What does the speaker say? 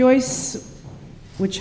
joyce which